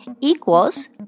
equals